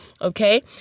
okay